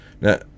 Now